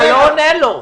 אתה לא עונה לו.